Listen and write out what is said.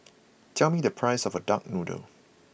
tell me the price of Duck Noodle